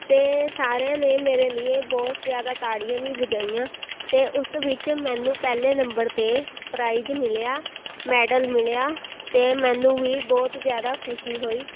ਅਤੇ ਸਾਰਿਆਂ ਨੇ ਮੇਰੇ ਲੀਏ ਬਹੁਤ ਜ਼ਿਆਦਾ ਤਾੜੀਆਂ ਵੀ ਵਜਾਈਆਂ ਅਤੇ ਉਸ ਵਿੱਚ ਮੈਨੂੰ ਪਹਿਲੇ ਨੰਬਰ 'ਤੇ ਪ੍ਰਾਈਜ ਮਿਲਿਆ ਮੈਡਲ ਮਿਲਿਆ ਅਤੇ ਮੈਨੂੰ ਵੀ ਬਹੁਤ ਜ਼ਿਆਦਾ ਖੁਸ਼ੀ ਹੋਈ